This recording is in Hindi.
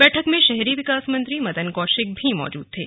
बैठक में शहरी विकास मंत्री मदन कौशिक भी मौजूद थे